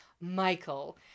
Michael